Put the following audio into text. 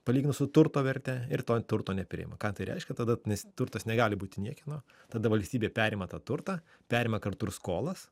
palyginus su turto verte ir to turto nepriima ką tai reiškia tada nes turtas negali būti niekieno tada valstybė perima tą turtą perima kartu ir skolas